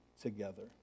together